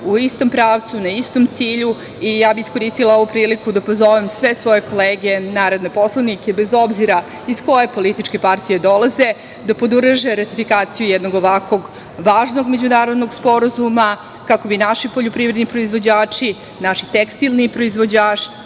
u istom pravcu, na istom cilju i ja bih iskoristila ovu priliku da pozovem sve svoje kolege, narodne poslanike, bez obzira iz koje političke partije dolaze, da podrže ratifikaciju jednog ovako važnog međunarodnog sporazuma kako bi naši poljoprivredni proizvođači, naši tekstilni proizvođači,